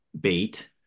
bait